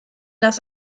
das